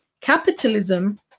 capitalism